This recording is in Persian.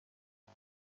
بوق